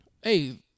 hey